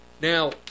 Now